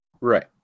Right